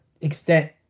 extent